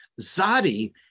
Zadi